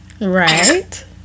right